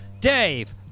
Dave